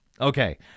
Okay